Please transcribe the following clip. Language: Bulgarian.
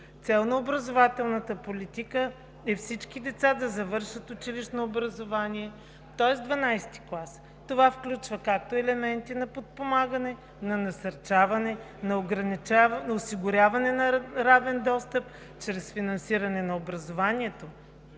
Цел на образователната политика е всички деца да завършат училищно образование, тоест ХІІ клас. Това включва както елементи на подпомагане, на насърчаване, на осигуряване на равен достъп чрез финансиране на образованието,